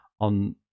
on